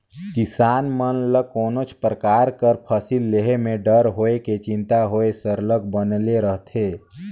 किसान मन ल कोनोच परकार कर फसिल लेहे में डर होए कि चिंता होए सरलग बनले रहथे